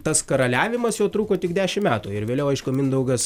tas karaliavimas jo truko tik dešim metų ir vėliau aišku mindaugas